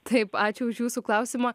taip ačiū už jūsų klausimą